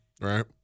Right